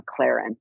McLaren